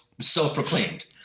Self-proclaimed